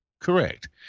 Correct